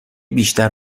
بیشتر